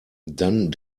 dann